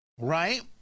Right